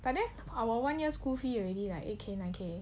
but then our one year school fee already eight K nine K